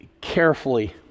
carefully